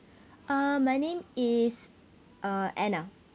uh my name is uh anna